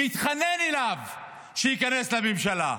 והתחנן אליו שייכנס לממשלה.